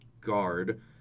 guard